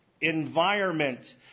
environment